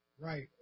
Right